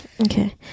Okay